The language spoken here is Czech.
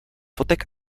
fotek